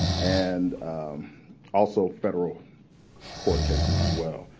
and also federal court cases, as well.